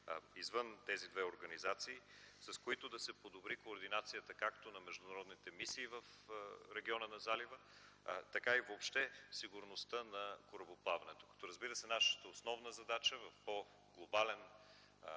извън тези две организации, с които да се подобри координацията както на международните мисии в региона на Залива, така и въобще сигурността на корабоплаването като, разбира се, нашата основна задача в по-глобален